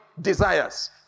desires